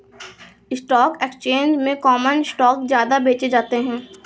stock exchange में common stock ज्यादा बेचे जाते है